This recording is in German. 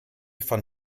von